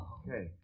okay